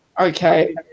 okay